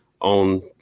on